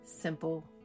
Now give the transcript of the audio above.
simple